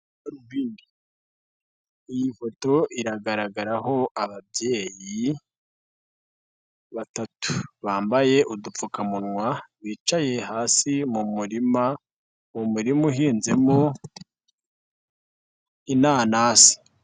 Iyi foto iragaragaraho ababyeyi batatu, bambaye udupfukamunwa, bicaye hasi mu murima, mu muririma uhinzemo, inanasi.